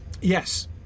Yes